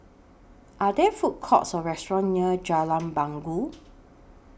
Are There Food Courts Or restaurants near Jalan Bangau